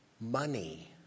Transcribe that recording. money